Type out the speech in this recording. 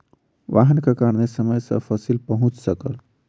वाहनक कारणेँ समय सॅ फसिल पहुँच सकल